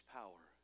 power